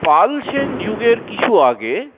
পাল সেন যুগের কিছু আগে